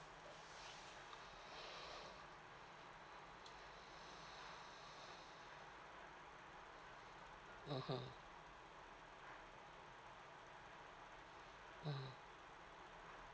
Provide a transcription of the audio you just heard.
mmhmm mm